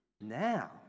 Now